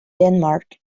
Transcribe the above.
denmark